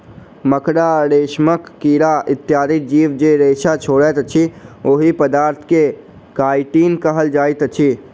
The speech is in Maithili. मकड़ा, रेशमक कीड़ा इत्यादि जीव जे रेशा छोड़ैत अछि, ओहि पदार्थ के काइटिन कहल जाइत अछि